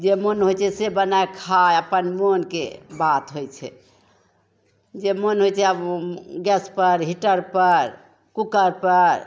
जे मन होइ छै से बना कऽ खा अपन मोनके बात होइ छै जे मोन होइ छै आब गैस पर हीटर पर कुकर पर